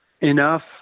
enough